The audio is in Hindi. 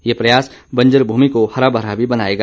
यह प्रयास बंजर भुमि को हरा भरा भी बनाएगा